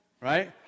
Right